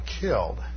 killed